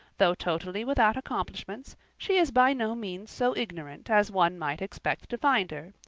though totally without accomplishments, she is by no means so ignorant as one might expect to find her,